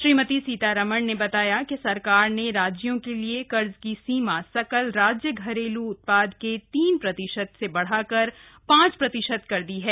श्रीमती सीतारमन ने बताया कि सरकार ने राज्यों के लिए कर्ज की सीमा सकल राज्य घरेलू उत्पाद के तीन प्रतिशत से बढाकर पांच प्रतिशत कर दी गई है